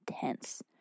tense